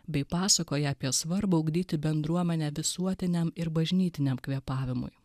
bei pasakoja apie svarbą ugdyti bendruomenę visuotiniam ir bažnytiniam kvėpavimui